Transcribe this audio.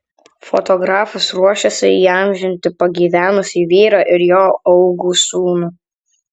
fotografas ruošiasi įamžinti pagyvenusį vyrą ir jo augų sūnų